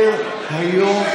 בסדר-היום,